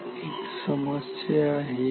आता एक समस्या आहे